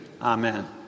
Amen